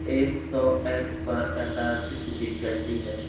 एक सौ एक पर यातायात स्थिति कैसी है